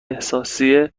احساسی